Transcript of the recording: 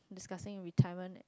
discussing retirement